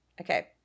okay